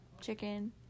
chicken